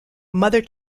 mother